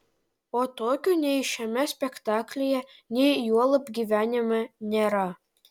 o tokio nei šiame spektaklyje nei juolab gyvenime nėra